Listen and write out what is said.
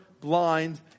blind